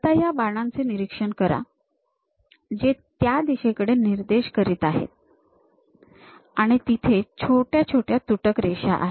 आता या बाणांचे निरीक्षण करा जे त्या दिशेकडे निर्देश करत आहेत आणि तिथे छोट्या छोट्या तुटक रेषा आहेत